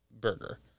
burger